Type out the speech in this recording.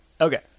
Okay